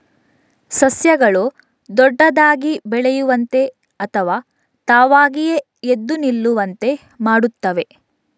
ಸಸ್ಯಗಳು ದೊಡ್ಡದಾಗಿ ಬೆಳೆಯುವಂತೆ ಅಥವಾ ತಾವಾಗಿಯೇ ಎದ್ದು ನಿಲ್ಲುವಂತೆ ಮಾಡುತ್ತವೆ